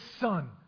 son